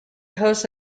hosts